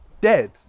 dead